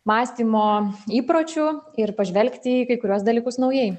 mąstymo įpročių ir pažvelgti į kai kuriuos dalykus naujai